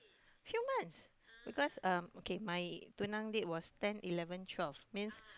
few months because um okay my tunang date was ten eleven twelve means